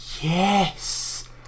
yes